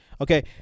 Okay